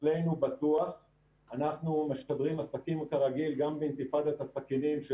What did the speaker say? אצלנו בטוח; אנחנו משדרים עסקים כרגיל גם באינתיפאדת הסכינים,